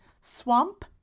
swamp